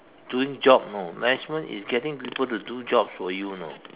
doing job you know management is getting people to do jobs for you you know